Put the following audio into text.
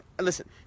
Listen